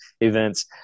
events